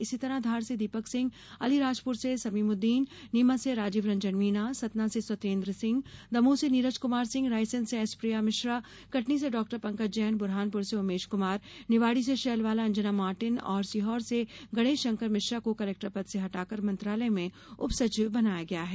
इसी तरह धार से दीपक सिंह अलीराजपुर से समीम उददीन नीमच से राजीव रंजन मीणा सतना से सत्येंद्र सिंह दमोह से नीरज कुमार सिंह रायसेन से एस प्रिया मिश्रा कटनी से डाक्टर पंकज जैन ब्रहानुपर से उमेश क्मार निवाड़ी से शेलवाला अंजना मार्टिन और सीहोर से गणेशशंकर मिश्रा को कलेक्टर पद से हटाकर मंत्रालय में उपसचिव बनाया गया है